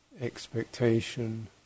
expectation